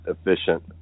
efficient